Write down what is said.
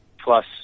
plus